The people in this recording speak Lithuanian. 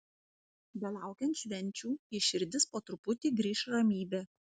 belaukiant švenčių į širdis po truputį grįš ramybė